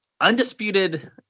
undisputed